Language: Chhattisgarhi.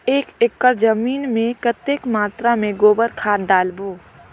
एक एकड़ जमीन मे कतेक मात्रा मे गोबर खाद डालबो?